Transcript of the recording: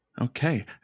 Okay